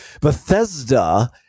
Bethesda